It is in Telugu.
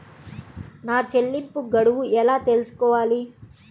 నా చెల్లింపు గడువు ఎలా తెలుసుకోవాలి?